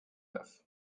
neufs